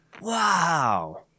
Wow